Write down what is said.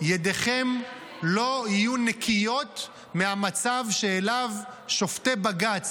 ידיכם לא יהיו נקיות מהמצב שאליו שופטי בג"ץ